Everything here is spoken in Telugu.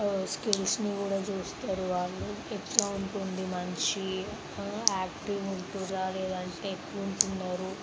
స్కిల్స్ని కూడా చూస్తారు వాళ్ళు ఎట్లా ఉంటుంది మనిషి యాక్టివ్గా ఉంటున్నారా లేదంటే ఎట్లుంటున్నారు